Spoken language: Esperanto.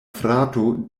frato